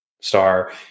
star